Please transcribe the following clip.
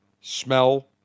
smell